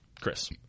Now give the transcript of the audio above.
Chris